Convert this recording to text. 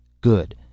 Good